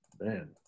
Man